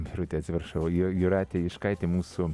birutė atsiprašau ju jūratė juškaitė mūsų